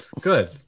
good